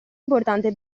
importante